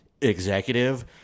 executive